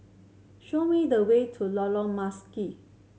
show me the way to Lorong Marzuki